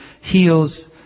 heals